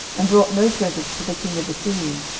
and brought no present to the king of assyria,